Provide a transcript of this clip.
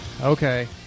okay